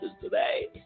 today